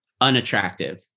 Unattractive